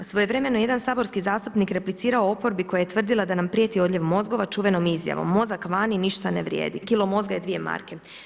Svojevremeno jedan saborski zastupnik replicirao oporbi koja je tvrdila da nam prijeti odljev mozgova čuvenom izjavom: Mozak vani ništa ne vrijedi, kilo mozga je 2 marka.